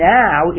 now